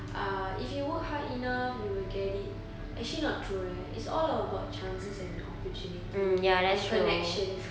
uh if you work hard enough you will get it actually not true eh it's all about chances and opportunities and connections